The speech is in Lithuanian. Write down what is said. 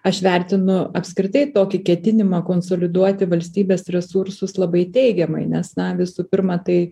aš vertinu apskritai tokį ketinimą konsoliduoti valstybės resursus labai teigiamai nes na visų pirma tai